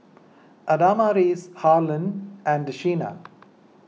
Adamaris Harlen and Sheena